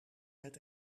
het